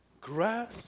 grass